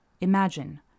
imagine